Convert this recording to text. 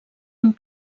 amb